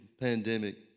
pandemic